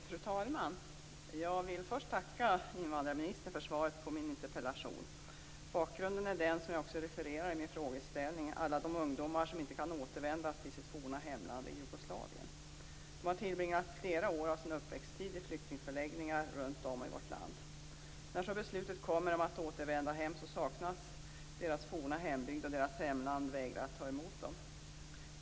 Fru talman! Jag vill först tacka invandrarministern för svaret på min interpellation. Bakgrunden är, som jag också refererar i min frågeställning, alla de ungdomar som inte kan återvända till sitt forna hemland Jugoslavien. De har tillbringat flera år av sin uppväxttid i flyktingförläggningar runt om i vårt land. När så beslutet kommer om att återvända hem, saknas deras forna hembygd, och deras hemland vägrar att ta emot dem.